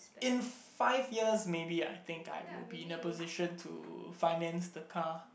in five years maybe I think I will in a position to finance the car